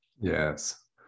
Yes